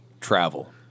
Travel